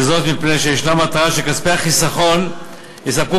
וזאת מפני שיש מטרה שכספי החיסכון יספקו